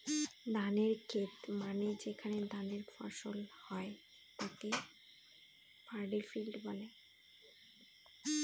ধানের খেত মানে যেখানে ধান ফসল হয় তাকে পাডি ফিল্ড বলে